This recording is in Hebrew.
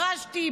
דרשתי,